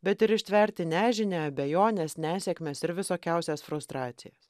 bet ir ištverti nežinią abejones nesėkmes ir visokiausias frustracijas